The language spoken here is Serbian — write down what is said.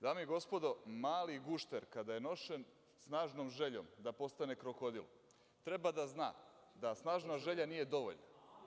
Dame i gospodo, mali gušter kada je nošen snažnom željom da postane krokodil treba da zna da snažna želja nije dovoljna.